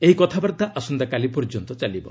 ଏହି କଥାବାର୍ତ୍ତା ଆସନ୍ତାକାଲି ପର୍ଯ୍ୟନ୍ତ ଚାଲିବ